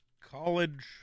college